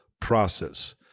process